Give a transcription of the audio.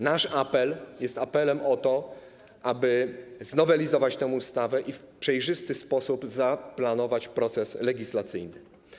Nasz apel jest apelem o to, aby znowelizować tę ustawę i w przejrzysty sposób zaplanować proces legislacyjny.